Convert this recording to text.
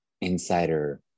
insider